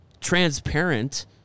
transparent